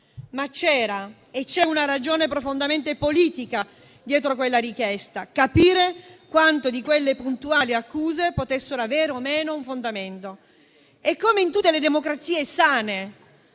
vi era e c'è una ragione profondamente politica dietro a quella richiesta: capire quante di quelle puntuali accuse potessero avere un fondamento o no. Come in tutte le democrazie sane,